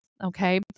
Okay